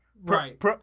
right